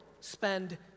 spend